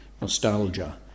nostalgia